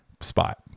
spot